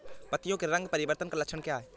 पत्तियों के रंग परिवर्तन का लक्षण क्या है?